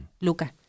Luca